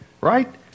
Right